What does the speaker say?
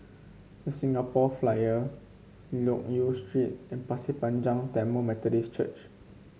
The Singapore Flyer Loke Yew Street and Pasir Panjang Tamil Methodist Church